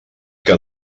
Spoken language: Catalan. que